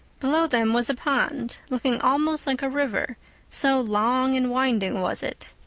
below them was a pond, looking almost like a river so long and winding was it.